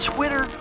Twitter